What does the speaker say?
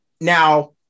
now